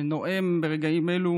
שנואם ברגעים אלו